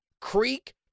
Creek